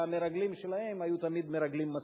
והמרגלים שלהם היו תמיד מרגלים מסריחים.